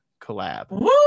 collab